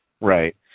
Right